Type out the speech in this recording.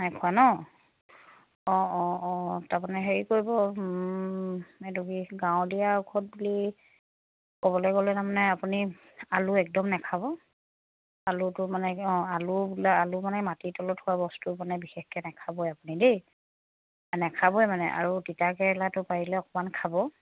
নাই খোৱা নহ্ অঁ অঁ অঁ তাৰমানে হেৰি কৰিব এইটো কি গাঁৱলীয়া ঔষধ বুলি ক'বলৈ গ'লে তাৰমানে আপুনি আলু একদম নাখাব আলুটো মানে অঁ আলু আলু মানে মাটিৰ তলত হোৱা বস্তু মানে বিশেষকৈ নাখাবই আপুনি দেই নাখাবই মানে আৰু তিতা কেৰেলাটো পাৰিলে অকণমান খাব